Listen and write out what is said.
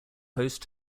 host